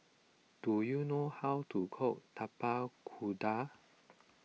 do you know how to cook Tapak Kuda